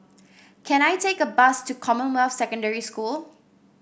can I take a bus to Commonwealth Secondary School